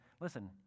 listen